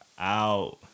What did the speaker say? out